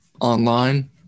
online